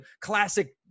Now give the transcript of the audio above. classic